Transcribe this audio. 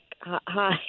Hi